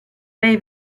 lei